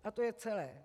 A to je celé.